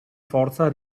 forza